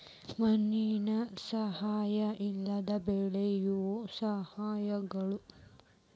ಮಣ್ಣಿನ ಸಹಾಯಾ ಇಲ್ಲದ ಬೆಳಿಯು ಸಸ್ಯಗಳು